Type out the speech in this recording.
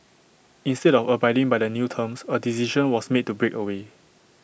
instead of abiding by the new terms A decision was made to break away